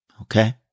Okay